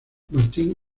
martin